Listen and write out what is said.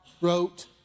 wrote